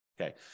Okay